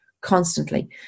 constantly